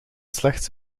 slechts